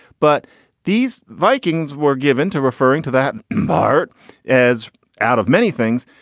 but these vikings were given to referring to that part as out of many things.